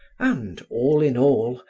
and, all in all,